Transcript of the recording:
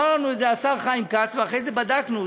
אמר לנו את זה השר חיים כץ ואחרי זה בדקנו.